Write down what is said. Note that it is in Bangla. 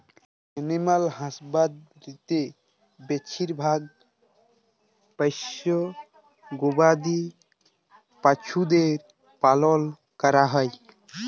এলিম্যাল হাসবাঁদরিতে বেছিভাগ পোশ্য গবাদি পছুদের পালল ক্যরা হ্যয়